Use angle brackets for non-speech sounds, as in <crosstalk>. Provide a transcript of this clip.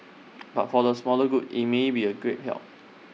<noise> but for the smaller groups IT may be A great help